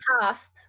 past